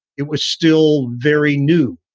it was still very new.